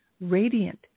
radiant